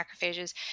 macrophages